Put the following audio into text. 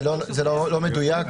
זה לא מדויק.